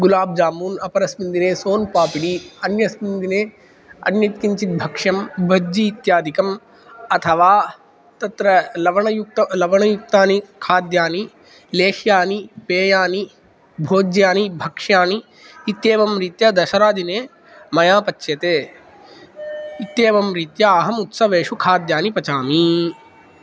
गुलाबजामुन् अपरऽस्मिन् दिने सोन्पापडी अन्यस्मिन् दिने अन्यत् किञ्चित् भक्ष्यं भज्जीत्यादिकम् अथवा तत्र लवणयुक्त लवणयुक्तानि खाद्यानि लेह्यानि पेयानि भोज्यानि भक्ष्याणि इत्येवं रीत्या दसरा दिने मया पच्यते इत्येवं रीत्या अहम् उत्सवेषु खाद्यानि पचामि